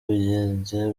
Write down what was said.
bigenze